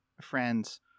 friends